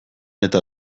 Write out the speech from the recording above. eta